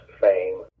fame